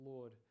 Lord